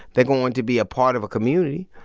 they're going to be a part of a community.